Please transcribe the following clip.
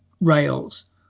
rails